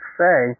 say